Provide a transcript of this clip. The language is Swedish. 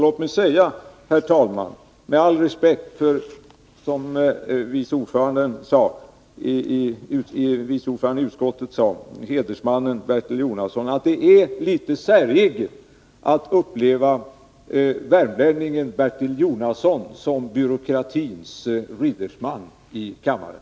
Låt mig säga, herr talman, med all respekt för — som utskottets vice ordförande sade — hedersmannen Bertil Jonasson, att det är litet säreget att uppleva värmlänningen Bertil Jonasson som byråkratins riddersman här i kammaren.